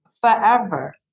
forever